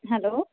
hello